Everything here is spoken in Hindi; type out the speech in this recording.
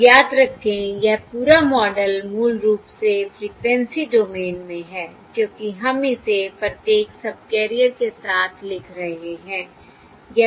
और याद रखें यह पूरा मॉडल मूल रूप से फ़्रीक्वेंसी डोमेन में है क्योंकि हम इसे प्रत्येक सबकैरियर के साथ लिख रहे हैं